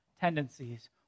tendencies